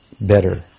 better